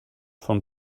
von